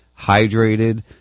hydrated